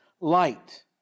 light